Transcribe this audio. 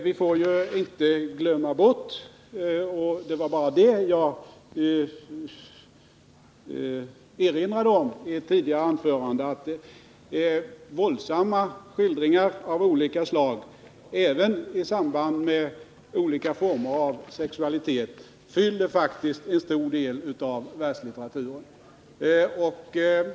Vi får inte glömma bort — jag erinrade om det i ett tidigare anförande — att våldsamma skildringar av olika slag, även i samband med olika former av sexualitet, faktiskt fyller en stor del av världslitteraturen.